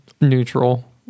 neutral